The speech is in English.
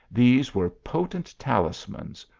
these were po tent talismans,